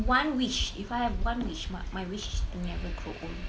one wish if I have one wish my my wish is to never grow old